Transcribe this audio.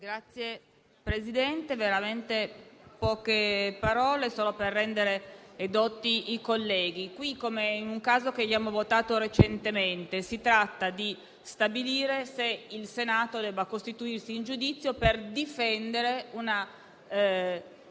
Signor Presidente, mi limiterò a poche parole solo per rendere edotti i colleghi. In questo, come in un altro caso su cui abbiamo votato recentemente, si tratta di stabilire se il Senato debba costituirsi in giudizio per difendere una